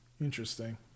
Interesting